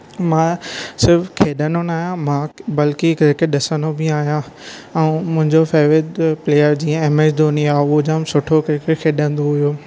मां सिर्फ़ु खेॾंदो न आहियां मां बल्कि क्रिकेट ॾिसंदो बि आहियां ऐं मुंहिंजो फेवरेट प्लेयर जीअं एम एस धोनी आहे उह जाम सुठो क्रिकेट खेॾंदो हुओ